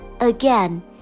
Again